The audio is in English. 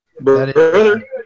Brother